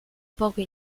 poco